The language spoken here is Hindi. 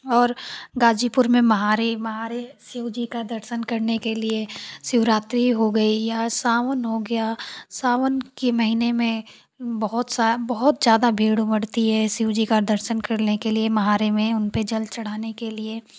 और गाज़ीपुर में महारे महारे शिवजी के दर्शन करने के लिए शिवरात्रि हो गई या सावन हो गया सावन के महीने में बहुत ज़्यादा भीड़ उमड़ती है शिवजी का दर्शन करने के लिए महारे में उनपर जल चढ़ाने के लिए